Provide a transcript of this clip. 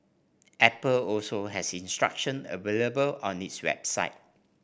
apple also has instruction available on its website